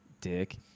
Dick